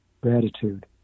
gratitude